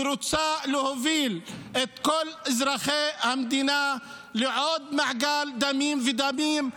ורוצה להוביל את כל אזרחי המדינה לעוד מעגל דמים ודמים,